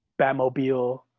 batmobile